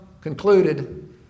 concluded